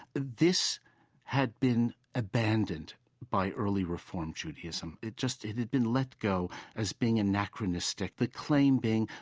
this had been abandoned by early reform judaism. it just it had been let go as being anachronistic. the claim being,